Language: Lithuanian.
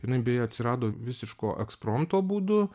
jinai beje atsirado visiško ekspromto būdu